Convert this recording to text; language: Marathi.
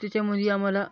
त्याच्यामध्ये आम्हाला